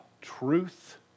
truth